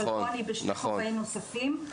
אבל פה אני בשני כובעים נוספים --- נכון,